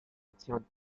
acción